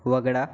वगळा